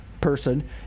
person